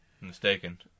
Mistaken